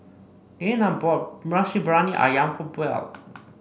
Leaner bought Nasi Briyani ayam for Buell